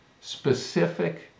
specific